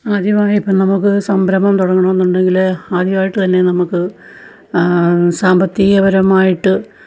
ആദ്യമായിപ്പോള് നമ്മള്ക്ക് ഒരു സംരഭം തുടങ്ങാണോന്നുണ്ടെങ്കില് ആദ്യമായിട്ട് തന്നെ നമുക്ക് സാമ്പത്തിക പരമായിട്ട്